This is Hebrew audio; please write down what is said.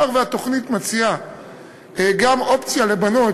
מאחר שהתוכנית מציעה גם אופציה לבנות